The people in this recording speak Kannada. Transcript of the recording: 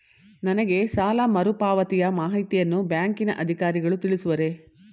ನನಗೆ ಸಾಲ ಮರುಪಾವತಿಯ ಮಾಹಿತಿಯನ್ನು ಬ್ಯಾಂಕಿನ ಅಧಿಕಾರಿಗಳು ತಿಳಿಸುವರೇ?